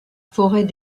forêt